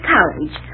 College